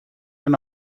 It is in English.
and